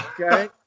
Okay